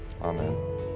amen